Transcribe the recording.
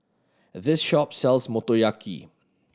this shop sells Motoyaki